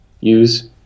use